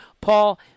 Paul